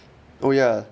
oh ya